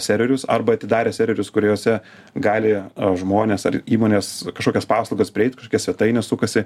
serverius arba atidarę serverius kuriuose gali žmonės ar įmonės kažkokias paslaugas prieit kažkokia svetainė sukasi